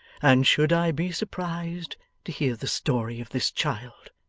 and should i be surprised to hear the story of this child